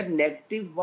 negative